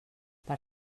per